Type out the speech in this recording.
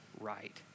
right